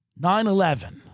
9-11